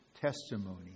testimony